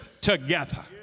together